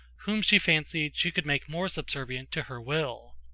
whom she fancied she could make more subservient to her will.